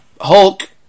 Hulk